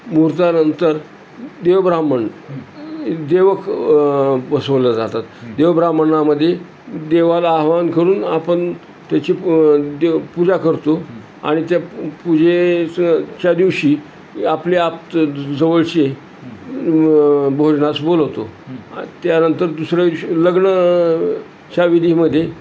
मुहूर्तानंतर देव ब्राह्मण देवक बसवलं जातात देव ब्राह्मणामध्ये देवाला आवाहन करून आपण त्याची देवपूजा करतो आणि त्या पूजेचच्या दिवशी आपले आप्त जवळचे भोजनास बोलवतो त्यानंतर दुसर दिवशी लग्नच्या विधीमध्ये